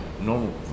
normal